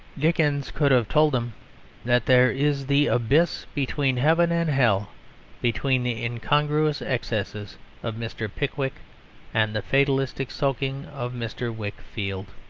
dickens could have told them that there is the abyss between heaven and hell between the incongruous excesses of mr. pickwick and the fatalistic soaking of mr. wickfield.